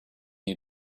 you